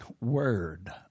word